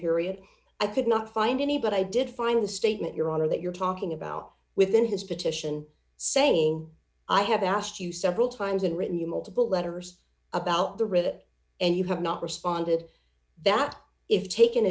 period i could not find any but i did find the statement your honor that you're talking about within his petition saying i have asked you several times and written you multiple letters about the writ and you have not responded that if taken